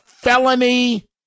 Felony